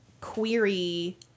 query